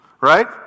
right